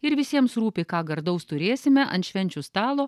ir visiems rūpi ką gardaus turėsime ant švenčių stalo